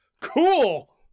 Cool